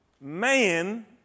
man